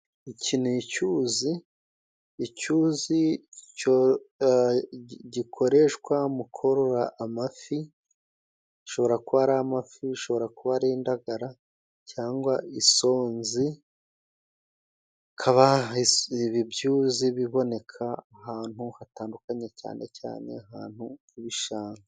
Iki ni icyuzi, icyuzi gikoreshwa mu korora amafi, ashobora kuboa ari amafi, ashobora kuba ari indagara, cyangwa isonzi, bikaba ibi byuzi biboneka ahantu hatandukanye, cyane cyane ahantu h'ibishanga.